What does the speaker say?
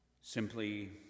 simply